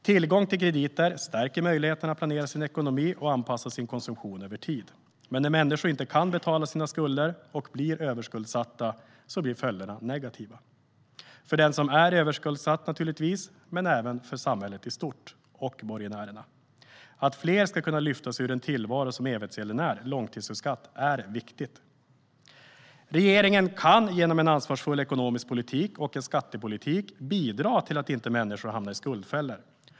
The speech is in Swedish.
Tillgång till krediter stärker möjligheten att planera sin ekonomi och anpassa sin konsumtion över tid. Men när människor inte kan betala sina skulder och blir överskuldsatta blir följderna negativa. Det gäller för den som är överskuldsatt, men även för samhället i stort och borgenärerna. Att fler ska kunna lyfta sig ur en tillvaro som evighetsgäldenär - långtidsskuldsatt - är viktigt. Regeringen kan genom en ansvarsfull ekonomisk politik och skattepolitik bidra till att människor inte hamnar i skuldfällor.